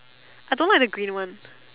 I don't like the green one